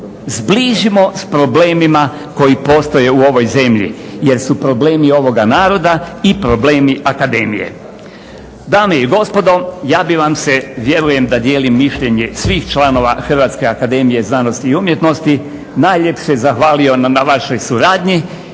zbližimo s problemima koji postoje u ovoj zemlji, jer su problemi ovoga naroda i problemi akademije. Dame i gospodo, ja bih vam se vjerujem da dijelim mišljenje svih članova HAZU najljepše zahvalio na vašoj suradnji